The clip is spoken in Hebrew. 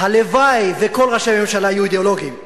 הלוואי שכל ראשי הממשלה היו אידיאולוגים,